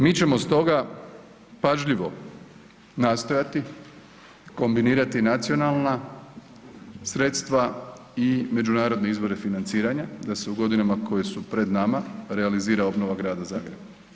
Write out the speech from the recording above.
Mi ćemo stoga pažljivo nastojati kombinirati nacionalna sredstva i međunarodne izvore financiranja da se u godinama koje su pred nama realizira obnova Grada Zagreba.